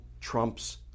Trump's